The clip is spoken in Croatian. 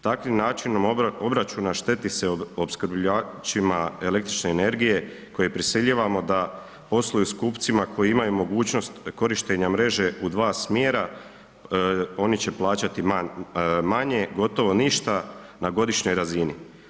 Takvim načinom obračuna šteti se opskrbljivačima električne energije koje prisiljavamo da posluju s kupcima koji imaju mogućnost korištenja mreže u dva smjera, oni će plaćati manje, gotovo ništa na godišnjoj razini.